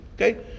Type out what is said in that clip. Okay